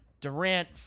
Durant